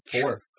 Four